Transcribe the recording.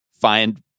find